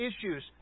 issues